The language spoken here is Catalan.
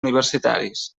universitaris